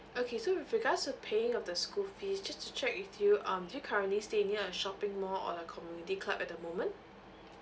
okay so with regards to paying of the school fees just to check with you um do you currently stay near a shopping mall or a community club at the moment